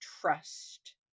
trust